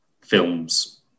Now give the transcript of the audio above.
films